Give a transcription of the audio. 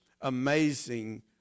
amazing